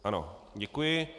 Ano, děkuji.